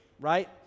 Right